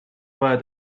where